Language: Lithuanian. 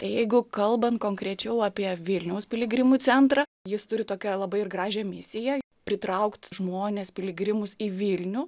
jeigu kalbant konkrečiau apie vilniaus piligrimų centrą jis turi tokią labai ir gražią misiją pritraukt žmones piligrimus į vilnių